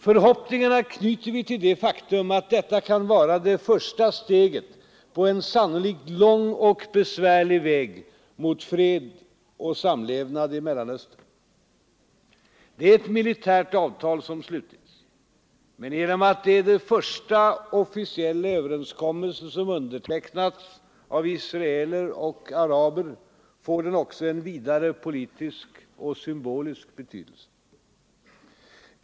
Förhoppningarna knyter vi till det faktum att detta kan vara det första steget på en sannolikt lång och besvärlig väg till en fredlig samlevnad i Mellanöstern. Det är ett militärt avtal som slutits. Men genom att det är den första officiella överenskommelse som undertecknats av israeler och araber får avtalet också en vidare politisk och symbolisk betydelse.